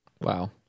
Wow